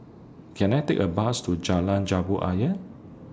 Can I Take A Bus to Jalan Jambu Ayer